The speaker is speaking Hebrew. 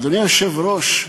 אדוני היושב-ראש,